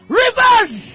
rivers